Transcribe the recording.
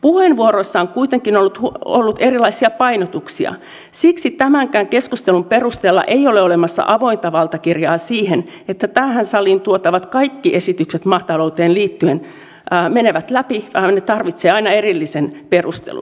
puheenvuoroissa on kuitenkin ollut erilaisia painotuksia siksi tämänkään keskustelun perusteella ei ole olemassa avointa valtakirjaa siihen että tähän saliin tuotavat kaikki esitykset maatalouteen liittyen menevät läpi ne tarvitsevat aina erillisen perustelun